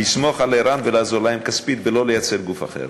לסמוך על ער"ן ולעזור להם כספית ולא לייצר גוף אחר.